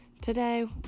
Today